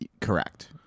Correct